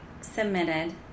submitted